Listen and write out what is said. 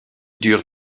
dure